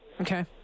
Okay